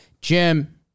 Jim